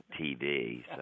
TV